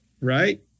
Right